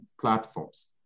platforms